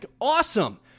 Awesome